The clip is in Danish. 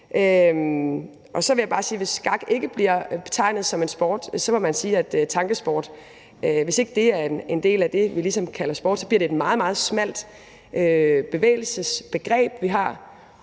Og så vil jeg bare sige, at i forhold til om skak ikke kan betegnes som en sport, må man sige, at hvis ikke tankesport er en del af det, vi ligesom kalder sport, så bliver det et meget, meget smalt bevægelsesbegreb, vi har.